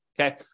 Okay